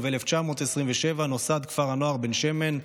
וב-1927 נוסד כפר הנוער בן שמן,